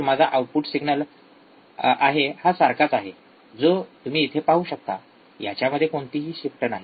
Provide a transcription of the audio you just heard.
तर माझा जो आउटपुट सिग्नल आहे हा सारखाच आहे जो तुम्ही इथे पाहू शकता याच्यामध्ये कोणतीही फेज शिफ्ट नाही